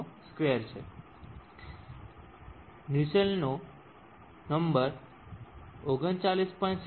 222 છે નુસેલ્ટનો 39